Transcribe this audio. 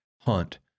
hunt